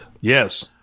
Yes